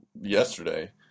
yesterday